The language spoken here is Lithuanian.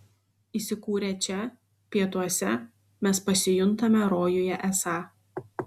įsikūrę čia pietuose mes pasijuntame rojuje esą